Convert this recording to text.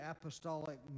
apostolic